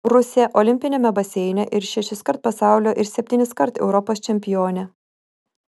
rusė olimpiniame baseine ir šešiskart pasaulio ir septyniskart europos čempionė